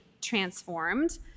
transformed